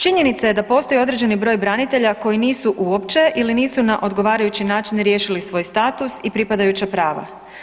Činjenica je da postoji i određeni broj branitelja koji nisu uopće ili nisu na odgovarajući način riješili svoj status i pripadajuća prava.